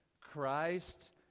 Christ